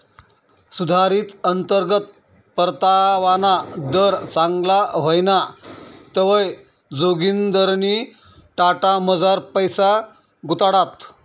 सुधारित अंतर्गत परतावाना दर चांगला व्हयना तवंय जोगिंदरनी टाटामझार पैसा गुताडात